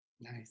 Nice